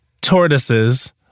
Tortoises